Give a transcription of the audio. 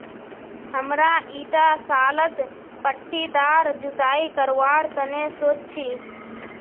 हमरा ईटा सालत पट्टीदार जुताई करवार तने सोच छी